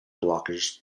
blockers